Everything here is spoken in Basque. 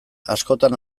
askotan